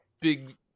big